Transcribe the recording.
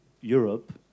Europe